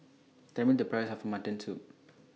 Tell Me The Price of Mutton Soup